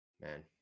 Man